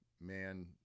man